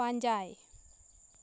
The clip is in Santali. ᱯᱟᱸᱡᱟᱭ